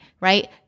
right